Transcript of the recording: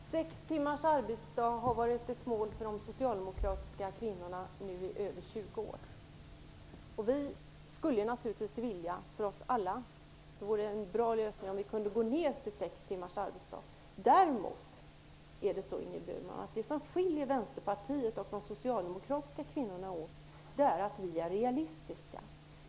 Fru talman! Sex timmars arbetsdag har varit ett mål för de socialdemokratiska kvinnorna nu i över 20 år. Vi skulle naturligtvis vilja för oss alla att vi kunde ned till sex timmars arbetsdag. Däremot, Ingrid Burman, det som skiljer Vänsterpartiet och de socialdemokratiska kvinnorna åt är att vi är realistiska.